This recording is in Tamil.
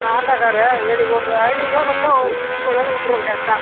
நான் ஆட்டோக்கார்ரு எனக்கு உங்கள் ஐந்நூறு கொடுத்தா ஒரு சுத்தி கொண்டாந்து விட்டுருவேன் கரெக்டா